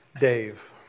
Dave